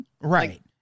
Right